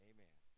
Amen